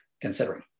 considering